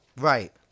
Right